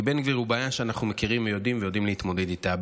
כי בן גביר הוא בעיה שאנחנו מכירים ויודעים להתמודד איתה,